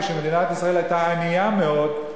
כשמדינת ישראל היתה ענייה מאוד,